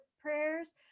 prayers